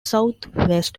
southwest